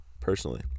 Personally